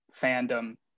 fandom